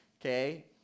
okay